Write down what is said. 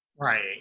Right